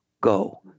go